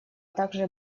также